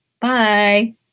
Bye